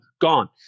gone